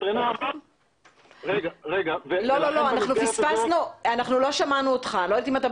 רופא שנמצא ב